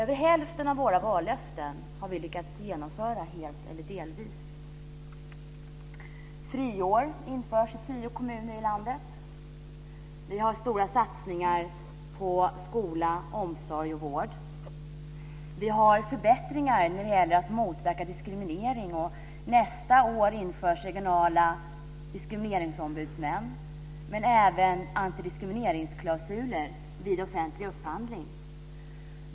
Vi har lyckats att uppfylla över hälften av våra vallöften helt eller delvis. I tio kommuner i landet införs det nu ett friår. Vi har gjort stora satsningar på skola, omsorg och vård. Vi har åstadkommit förbättringar när det gäller att motverka diskriminering. Nästa år inrättas regionala diskrimineringsombudsmän samtidigt som det införs antidiskrimineringsklausuler vid offentlig upphandling.